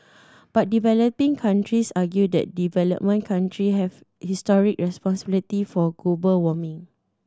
but developing countries argue that developed country have historic responsibility for global warming